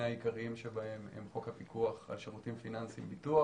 העיקריים שבהם הם חוק הפיקוח על שירותים פיננסיים (ביטוח)